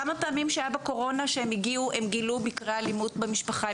כמה פעמים שהיו בקורונה כשהגיעו גילו מקרי אלימות במשפחה,